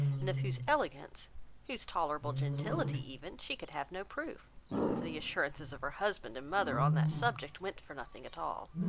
and of whose elegance whose tolerable gentility even, she could have no proof for the assurances of her husband and mother on that subject went for nothing at all.